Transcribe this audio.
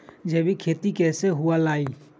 जैविक खेती कैसे हुआ लाई?